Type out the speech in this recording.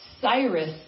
Cyrus